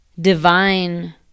divine